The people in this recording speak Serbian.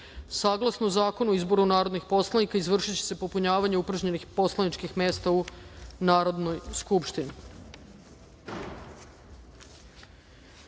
smrti. Saglasno Zakonu o izboru narodnih poslanika izvršiće se popunjavanje upražnjenih poslaničkih mesta u Narodnoj skupštini. Poštovani